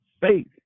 Faith